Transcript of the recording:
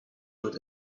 voor